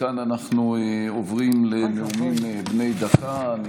מכאן אנחנו עוברים לנאומים בני דקה.